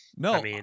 No